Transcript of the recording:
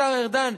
השר ארדן,